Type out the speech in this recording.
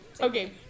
Okay